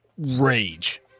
Rage